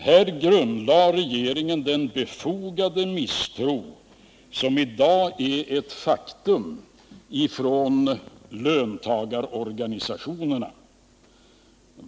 Här grundlade regeringen den befogade misstro från löntagarorganisationernas sida som i dag är ett faktum.